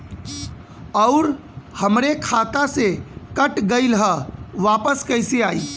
आऊर हमरे खाते से कट गैल ह वापस कैसे आई?